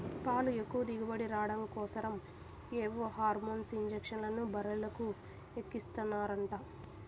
పాలు ఎక్కువ దిగుబడి రాడం కోసరం ఏవో హార్మోన్ ఇంజక్షన్లు బర్రెలకు ఎక్కిస్తన్నారంట